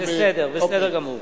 בסדר גמור.